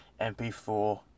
mp4